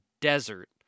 desert